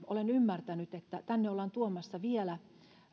olen ymmärtänyt että ensi viikolla tänne ollaan tuomassa vielä